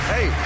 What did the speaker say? Hey